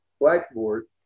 blackboard